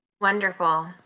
Wonderful